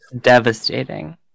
devastating